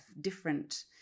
different